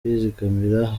kwizigamira